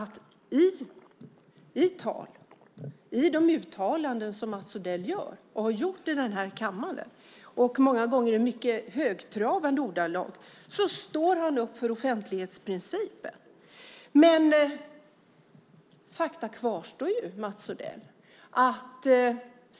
I de uttalanden som Mats Odell har gjort och gör i denna kammare - många gånger i mycket högtravande ordalag - står han upp för offentlighetsprincipen. Men faktum kvarstår, Mats Odell!